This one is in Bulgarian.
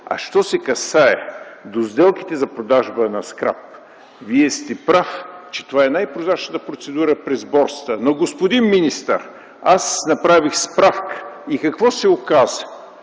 Относно сделките за продажба на скрап, Вие сте прав, че това е най-прозрачната процедура през борсата. Но, господин министър, аз направих справка и какво с оказа?